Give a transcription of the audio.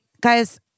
guys